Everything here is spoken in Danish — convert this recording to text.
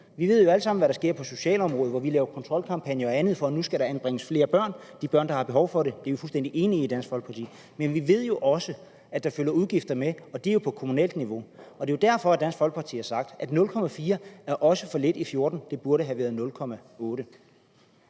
Vi ved jo alle sammen, hvad der sker på socialområdet, hvor vi laver en kontrolkampagne og andet, fordi der nu skal anbringes flere børn, altså de børn, der har behov for det – og det er vi fuldstændig enige i i Dansk Folkeparti – for vi ved jo også, at der følger udgifter med, og det er jo på kommunalt niveau. Det er jo derfor, at Dansk Folkeparti har sagt, at en vækst på 0,4 pct. også er for lidt i 2014. Den burde have været på